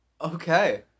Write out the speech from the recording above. Okay